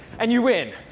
and you win.